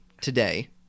today